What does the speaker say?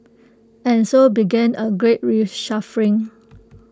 and so began A great reshuffling